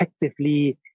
effectively